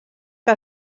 que